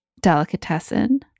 delicatessen